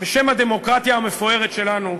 בשם הדמוקרטיה המפוארת שלנו,